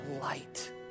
light